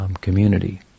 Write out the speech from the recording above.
community